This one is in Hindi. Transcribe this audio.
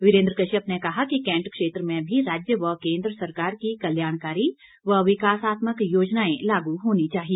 वीरेन्द्र कश्यप ने कहा कि कैंट क्षेत्र में भी राज्य व केंद्र सरकार की कल्याणकारी व विकासात्मक योजनाएं लागू होनी चाहिये